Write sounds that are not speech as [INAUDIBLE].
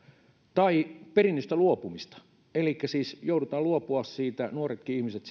tai perinnöstä luopumista elikkä siis joudutaan luopumaan nuoretkin ihmiset [UNINTELLIGIBLE]